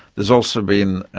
there's also been